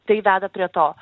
tai veda prie to